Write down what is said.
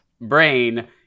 brain